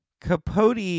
Capote